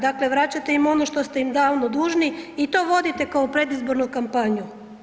Dakle, vraćate im ono što ste im davno dužni i to vodite kao predizbornu kampanju.